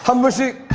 um music,